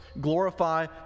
glorify